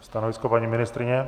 Stanovisko paní ministryně?